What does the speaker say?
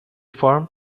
form